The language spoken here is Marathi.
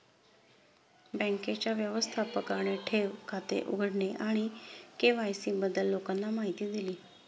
बँकेच्या व्यवस्थापकाने ठेव खाते उघडणे आणि के.वाय.सी बद्दल लोकांना माहिती दिली